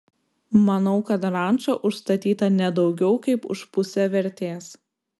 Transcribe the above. manau kad ranča užstatyta ne daugiau kaip už pusę vertės